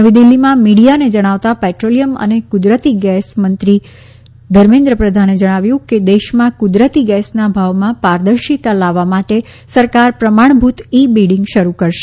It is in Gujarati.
નવી દિલ્હીમાં મીડિયાને જણાવતાં પેટ્રોલિયમ અને કુદરતી ગેસ મંત્રી ધર્મેન્દ્ર પ્રધાને જણાવ્યું કે દેશમાં કુદરતી ગેસના ભાવમાં પારદર્શિતા લાવવા માટે સરકાર પ્રમાણભૂત ઇ બિડિંગ શરૂ કરશે